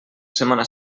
setmana